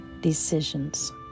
decisions